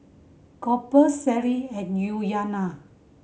Cooper Sheri and Yuliana